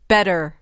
Better